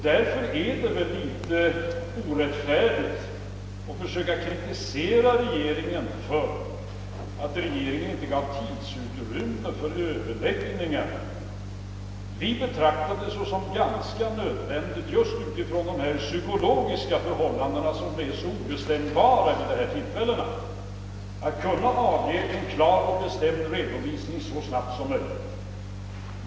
Därför är det väl litet orättfärdigt att försöka kritisera regeringen för att regeringen inte gav tidsutrymme för överläggningar. Vi betraktade det såsom nödvändigt, just med tanke på de psykologiska förhållandena som är så obestämbara vid sådana här tillfällen, att ge en klar och bestämd redovisning så snabbt som möjligt.